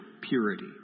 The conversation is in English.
purity